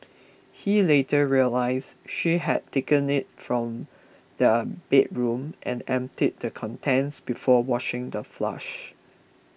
he later realised she had taken it from their bedroom and emptied the contents before washing the